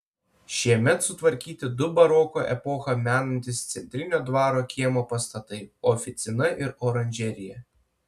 šiemet sutvarkyti du baroko epochą menantys centrinio dvaro kiemo pastatai oficina ir oranžerija